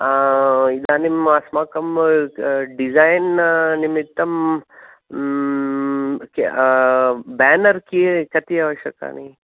इदानीम् अस्माकं डिसैन् निमित्तं बेनर् कि कति आवश्यकानि